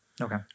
okay